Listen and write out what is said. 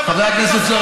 חבר הכנסת מיקי,